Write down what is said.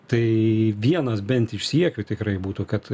tai vienas bent iš siekių tikrai būtų kad